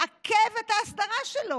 מעכב את ההסדרה שלו.